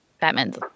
Batman's